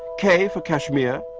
k for kashmir,